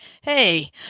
hey